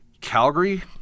Calgary